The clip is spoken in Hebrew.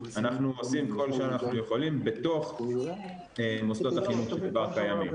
אנחנו עושים כל שאנחנו יכולים בתוך מוסדות החינוך שכבר קיימים.